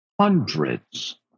hundreds